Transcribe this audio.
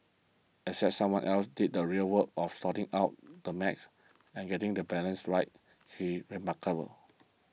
except someone else did the real work of sorting out the math and getting the balance right he remarkable